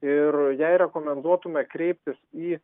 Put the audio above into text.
ir jai rekomenduotume kreiptis į